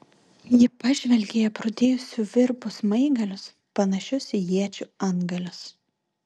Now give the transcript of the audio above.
ji pažvelgė į aprūdijusių virbų smaigalius panašius į iečių antgalius